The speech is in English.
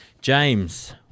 James